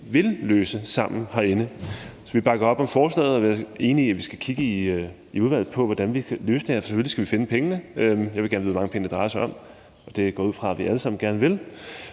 vil løse sammen herinde. Så vi bakker op om forslaget. Og jeg er enig i, at vi skal kigge i udvalget på, hvordan vi kan løse det her. Selvfølgelig skal vi finde pengene. Jeg vil gerne vide, hvor mange penge det drejer sig om. Det går jeg ud fra at vi alle sammen gerne vil.